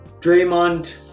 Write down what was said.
Draymond